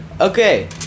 Okay